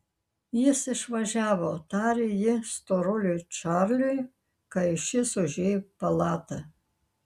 jis išvažiavo tarė ji storuliui čarliui kai šis užėjo į palatą